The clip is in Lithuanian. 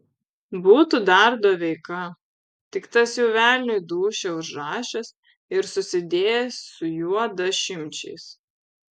būtų dar doveika tik tas jau velniui dūšią užrašęs ir susidėjęs su juodašimčiais